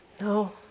no